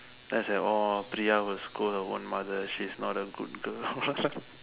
then say orh Priya will scold her own mother she's not a good girl